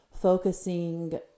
focusing